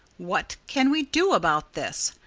what can we do about this?